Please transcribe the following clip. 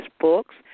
books